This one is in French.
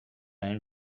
même